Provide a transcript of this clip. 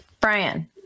Brian